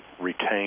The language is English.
retain